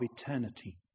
eternity